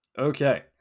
Okay